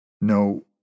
No